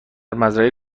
مزرعه